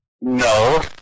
No